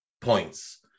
points